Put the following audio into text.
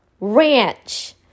ranch